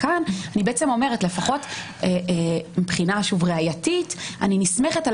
כאן אני בעצם אומרת לפחות מבחינה ראייתית אני נסמכת על